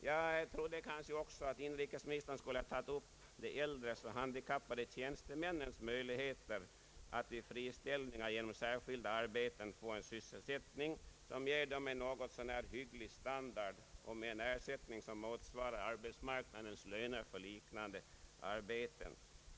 Jag trodde att inrikesministern skulle ta upp också de äldre och handikappade tjänstemännens möjligheter att vid friställning genom särskilda arbeten få en sysselsättning som ger dem en nagot så när hygglig standard och en ersättning som motsvarar arbetsmarknadens löner för liknande arbeten.